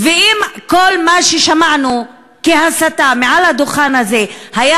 ואם כל מה ששמענו כהסתה מעל הדוכן הזה היה